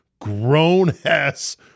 grown-ass